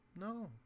No